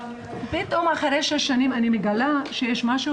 ופתאום אחרי שש שנים אני מגלה שיש משהו